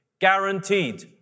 guaranteed